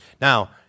Now